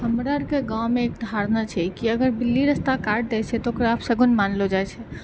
हमरा आओरके गाँवमे एक धारणा छै कि अगर बिल्ली रस्ता काट दै छै तऽ ओकरा अपसगुन मानलऽ जाइ छै